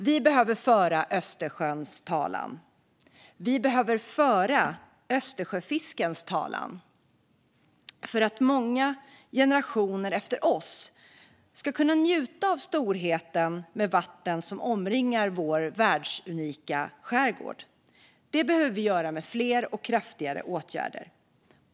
Vi behöver föra Östersjöns och Östersjöfiskens talan för att många generationer efter oss ska kunna njuta av storheten med vattnet som omringar vår världsunika skärgård. Detta behöver vi göra med fler och kraftigare åtgärder.